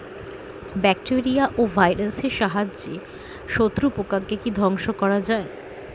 Bacteria ও ভাইরাসের সাহায্যে শত্রু পোকাকে কি ধ্বংস করা যায়?